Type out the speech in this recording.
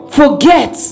forget